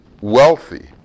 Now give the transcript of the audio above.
wealthy